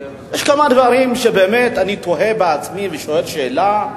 יש כמה דברים שבאמת אני תוהה בעצמי ושואל שאלה: